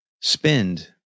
spend